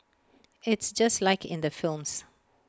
it's just like in the films